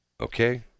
Okay